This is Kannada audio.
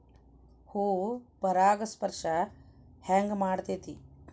ಹೂ ಪರಾಗಸ್ಪರ್ಶ ಹೆಂಗ್ ಮಾಡ್ತೆತಿ?